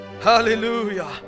hallelujah